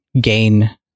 gain